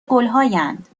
گلهایند